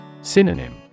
Synonym